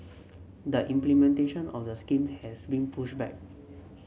the implementation of the scheme has been pushed back